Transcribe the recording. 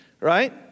right